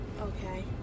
okay